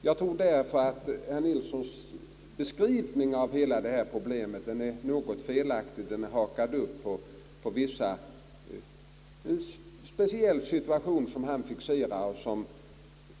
Jag tror därför att herr Nilssons beskrivning av hela detta problem är något felaktig. Den är upphakad på vissa speciella situationer som han fixerade.